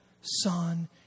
Son